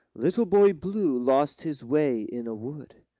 little boy blue lost his way in a wood.